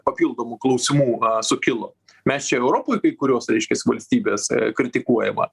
papildomų klausimų sukilo mes čia europoj kai kurios reiškias valstybės kritikuojama